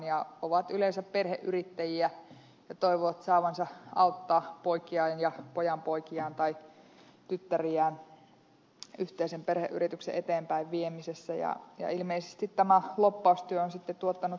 he ovat yleensä perheyrittäjiä ja toivovat saavansa auttaa poikiaan ja pojanpoikiaan tai tyttäriään yhteisen perheyrityksen eteenpäinviemisessä ja ilmeisesti tämä lobbaustyö on sitten tuottanut tuloksen